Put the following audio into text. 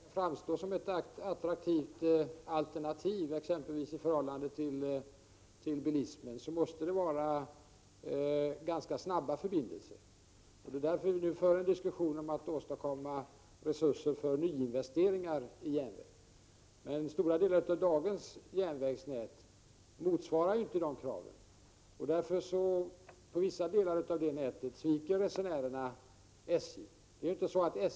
Herr talman! Skall järnvägen framstå som ett attraktivt alternativ exempelvis till bilismen, måste det vara ganska snabba förbindelser. Det är därför vi för diskussioner om att åstadkomma resurser för nyinvesteringar. Stora delar av dagens järnvägsnät motsvarar inte de krav som ställs. Därför sviker resenärerna SJ på vissa delar av det nätet.